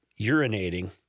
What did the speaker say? urinating